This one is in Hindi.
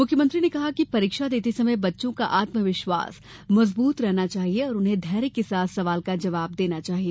मुख्यमंत्री ने कहा कि परीक्षा देते समय बच्चों का आत्मविश्वास मजबूत रहना चाहिए और उन्हें धैर्य के साथ सवाल का जवाब देना चाहिए